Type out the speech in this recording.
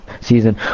season